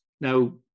Now